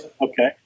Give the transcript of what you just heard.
Okay